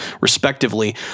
respectively